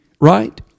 right